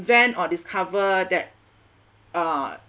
invent or discover that uh